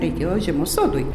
reikėjo žiemos sodui